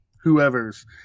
whoever's